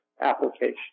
application